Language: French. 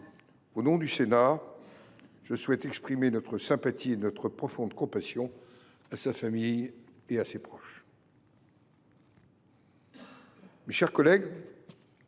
Au nom du Sénat, je souhaite exprimer notre sympathie et notre profonde compassion à sa famille et à ses proches. Mes chers collègues,